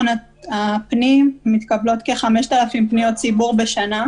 הפנים מתקבלות כ-5,000 פניות ציבור בשנה,